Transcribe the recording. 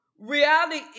Reality